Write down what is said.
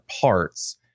parts